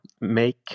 make